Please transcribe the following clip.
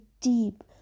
deep